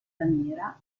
lamiera